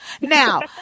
Now